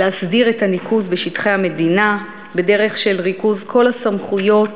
להסדיר את הניקוז בשטחי המדינה בדרך של ריכוז כל הסמכויות